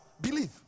Believe